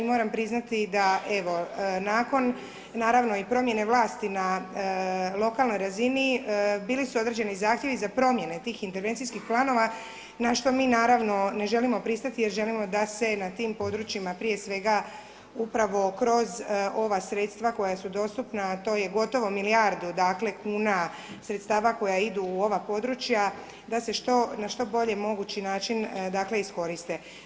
moram priznati da, evo, nakon, naravno i promjene vlasti na lokalnoj razini, bili su određeni zahtjevi za promjene tih intervencijskih planova na što mi naravno ne želimo pristati jer želimo da se na tim područjima, prije svega, upravo kroz ova sredstva koja su dostupna, to je gotovo milijardu, dakle, kuna sredstava koja idu u ova područja da se što, na što bolje mogući način, dakle, iskoriste.